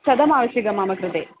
शतमावश्यकं मम कृते